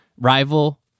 rival